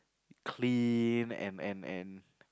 clean and and and